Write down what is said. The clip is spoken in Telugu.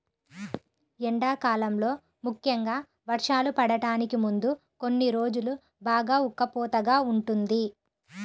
ఎండాకాలంలో ముఖ్యంగా వర్షాలు పడటానికి ముందు కొన్ని రోజులు బాగా ఉక్కపోతగా ఉంటుంది